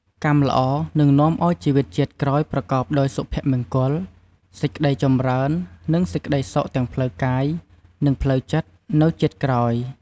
កម្មល្អនឹងនាំឲ្យជីវិតជាតិក្រោយប្រកបដោយសុភមង្គល សេចក្ដីចម្រើន និងសេចក្ដីសុខទាំងផ្លូវកាយ និងផ្លូវចិត្តនៅជាតិក្រោយ។